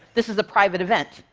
this is a private event.